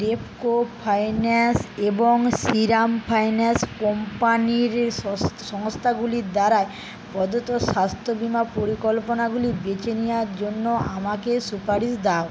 Repco finance এবং Shriram finance কোম্পানির সংস্থাগুলি দ্বারায় প্রদত্ত স্বাস্থ্য বিমা পরিকল্পনাগুলি বেছে নেওয়ার জন্য আমাকে সুপারিশ দাও